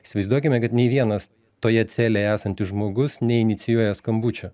įsivaizduokime kad nei vienas toje celėje esantis žmogus neinicijuoja skambučio